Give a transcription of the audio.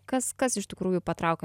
kas kas iš tikrųjų patraukia